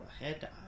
ahead